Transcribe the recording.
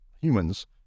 humans